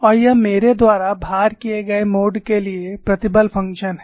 और यह मेरे द्वारा भार किए गए मोड के लिए प्रतिबल फ़ंक्शन है